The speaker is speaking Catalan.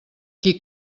qui